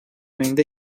ayında